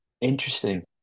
Interesting